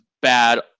bad